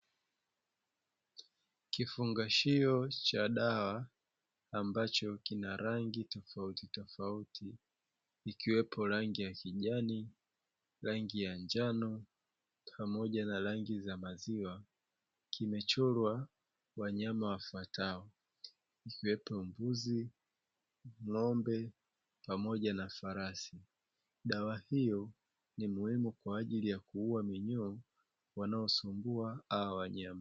Kifungashia cha dawa ambacho kina rangi tofautitofauti ikiwepo rangii ya kijani, rangi ya njano pamoja na rangi za maziwa kimechorwa wanyama wafuatao ikiwepo mbuzi, ng'ombe pamoja na farasi, dawa hiyo ni muhimu wanaosumbua hao wanyama.